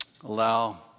allow